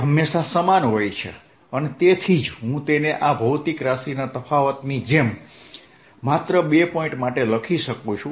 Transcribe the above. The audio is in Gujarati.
તે હંમેશાં સમાન હોય છે અને તેથી જ હું તેને આ ભૌતિક રાશિના તફાવતની જેમ માત્ર બે પોઇન્ટ માટે લખી શકું છું